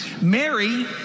Mary